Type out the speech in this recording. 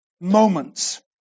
moments